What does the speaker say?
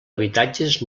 habitatges